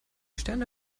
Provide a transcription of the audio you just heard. sterne